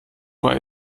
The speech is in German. war